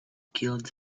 killed